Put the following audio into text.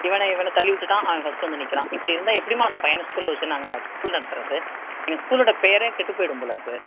இவனை இவனை தள்ளிவிட்டுட்டான் அவன் ஃபஸ்ட்டு வந்து நிற்கிறான் இப்படி இருந்தால் எப்படிம்மா அந்த பையனை ஸ்கூலில் வைச்சு நாங்கள் ஸ்கூல் நடத்துவது எங்கள் ஸ்கூலோட பேரே கெட்டுப் போய்டும் போல் இருக்குது